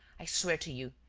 i swear to you,